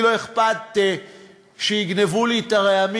לי לא אכפת שיגנבו לי את הרעמים,